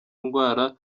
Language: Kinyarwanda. ndwara